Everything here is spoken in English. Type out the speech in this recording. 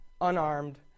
unarmed